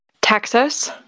Texas